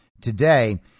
today